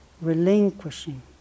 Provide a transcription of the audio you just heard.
relinquishing